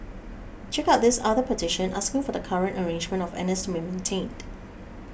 check out this other petition asking for the current arrangement of N S to be maintained